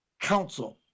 council